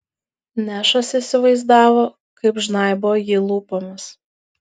nešas įsivaizdavo kaip žnaibo jį lūpomis